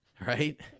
Right